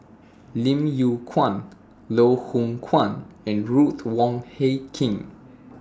Lim Yew Kuan Loh Hoong Kwan and Ruth Wong Hie King